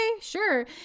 sure